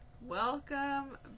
welcome